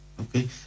Okay